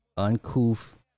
uncouth